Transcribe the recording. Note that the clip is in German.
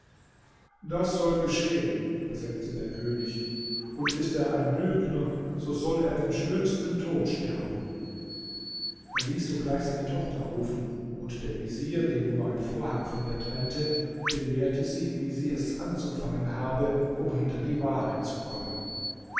das soll geschehen versetzte der könig und ist er ein lügner so soll er den schlimmsten tod sterben er ließ sogleich seine tochter rufen und der vezier den nur ein vorhang von ihr trennte belehrte sie wie sie es anzufangen habe um hinter die wahrheit zu kommen